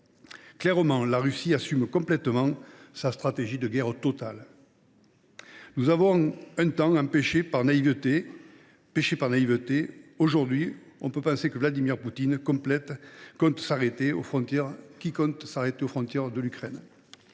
Clairement, la Russie assume complètement sa stratégie de guerre totale. Nous avons, pendant un certain temps, péché par naïveté. Aujourd’hui, qui peut penser que Vladimir Poutine compte s’arrêter aux frontières de l’Ukraine